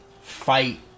fight